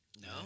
No